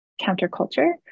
counterculture